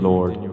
Lord